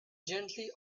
gently